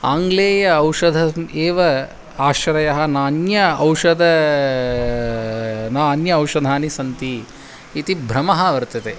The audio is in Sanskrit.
आङ्ग्लेय औषधम् एव आश्रयः नान्य औषधं न अन्य औषधानि सन्ति इति भ्रमः वर्तते